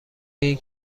این